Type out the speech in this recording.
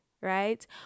right